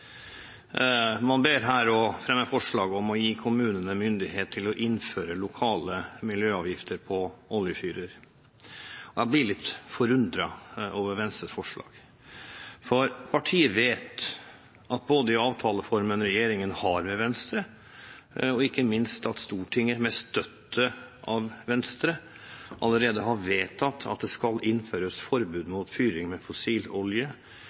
Man ber her om at det skal fremmes forslag om å gi kommunene myndighet til å innføre lokale miljøavgifter på oljefyrer. Jeg blir litt forundret over Venstres forslag, for partiet vet – både ut fra avtaleformen regjeringen har med Venstre, og ikke minst ut fra hva Stortinget, med støtte fra Venstre, allerede har vedtatt – at det skal innføres forbud mot fyring med fossil olje